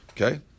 Okay